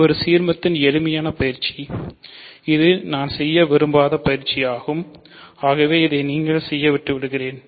இது ஒரு சீர்மத்தின் எளிமையான பயிற்சி இது நான் செய்ய விரும்பாத பயிற்சியாகும் இதை நீங்கள் செய்ய விட்டுவிடுகிறேன்